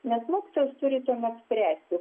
nes mokytojas turi tuomet spręsti